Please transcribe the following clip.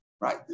Right